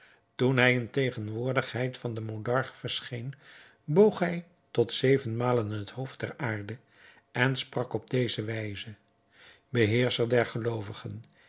hij in tegenwoordigheid van den monarch verscheen boog hij tot zeven malen het hoofd ter aarde en sprak op deze wijze beheerscher der geloovigen